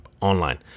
online